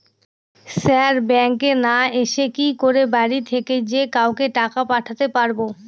Sir ব্যাঙ্কে না এসে কি করে বাড়ি থেকেই যে কাউকে টাকা পাঠাতে পারবো?